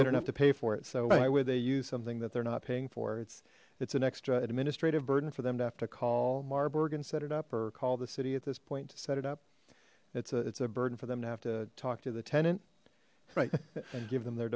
they don't have to pay for it so why would they use something that they're not paying for it's it's an extra administrative burden for them to have to call marburg and set it up or call the city at this point to set it up it's a it's a burden for them to have to talk to the tenant right and give them their